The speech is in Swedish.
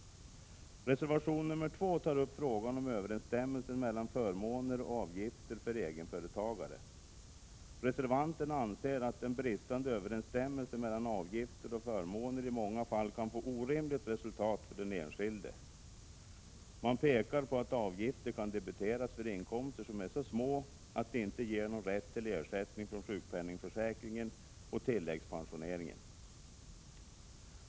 I reservation nr 2 tas frågan om överensstämmelsen mellan förmåner och avgifter för egenföretagare upp. Reservanterna anser att den bristande överensstämmelsen mellan avgifter och förmåner i många fall kan få orimligt resultat för den enskilde. Man pekar på att avgifter kan debiteras för inkomster som är så små att de inte ger någon rätt till ersättning från sjukpenningförsäkringen och tilläggspensioneringen.